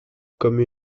comme